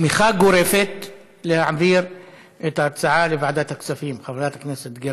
תמיכה גורפת בהעברת ההצעה לוועדת הכספים.